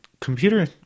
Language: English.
computer